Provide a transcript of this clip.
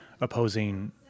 opposing